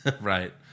Right